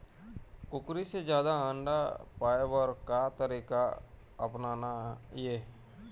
कुकरी से जादा अंडा पाय बर का तरीका अपनाना ये?